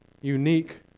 unique